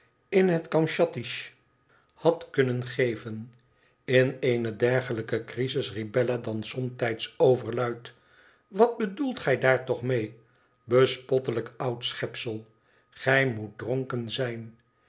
in het kamschatkisch had kunnen geven in eene dergelijke crisis riep bella dan somtijds overluid wat bedoelt gij daar toch mee bespottelijk oud schepsel gij moet dronken zijn